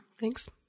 Thanks